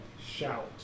Shout